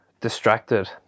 distracted